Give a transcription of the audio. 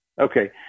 Okay